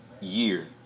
year